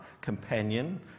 companion